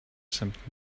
something